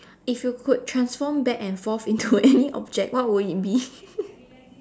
if you could transform back and forth into any object what will it be